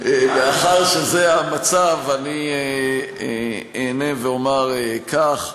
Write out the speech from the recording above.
מאחר שזה המצב, אענה ואומר כך: